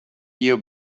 you